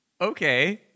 okay